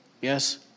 Yes